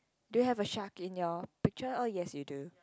do you have a shark in your picture oh yes you do